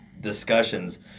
discussions